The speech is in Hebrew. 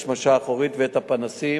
זה, לצערי הרב, מחלחל גם במשטרת ישראל.